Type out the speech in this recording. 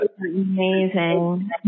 amazing